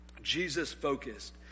Jesus-focused